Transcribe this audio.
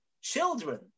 children